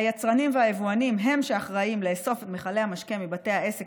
היצרנים והיבואנים הם שאחראים לאסוף את מכלי המשקה מבתי העסק